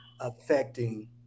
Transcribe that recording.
affecting